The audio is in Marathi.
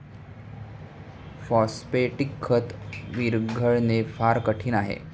फॉस्फेटिक खत विरघळणे फार कठीण आहे